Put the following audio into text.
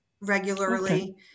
regularly